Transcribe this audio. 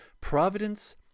providence